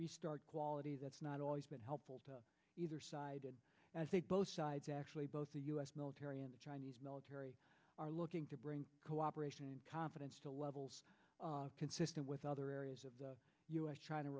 restart quality that's not always been helpful to either side and as they both sides actually both the u s military and the chinese military are looking to bring cooperation and confidence to levels consistent with other areas of the u s china